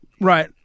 Right